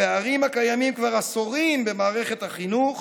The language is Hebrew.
הפערים הקיימים כבר עשורים במערכת החינוך